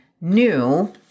new